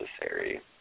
necessary